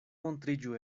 montriĝu